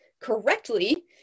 correctly